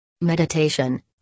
Meditation